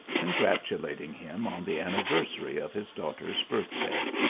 congratulating him on the anniversary of his daughters birth-day.